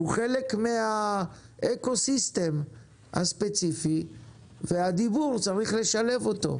הוא חלק מן האקו-סיסטם הספציפי והדיבור צריך לשלב אותו.